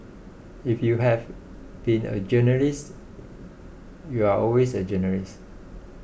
if you have been a journalist you're always a journalist